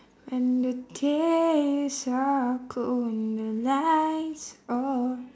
when the days are cold and the lights all